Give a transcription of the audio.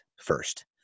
first